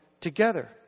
together